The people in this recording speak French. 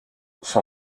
son